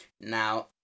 Now